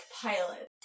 pilot